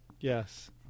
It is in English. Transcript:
Yes